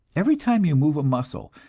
every time you move a muscle,